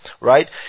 right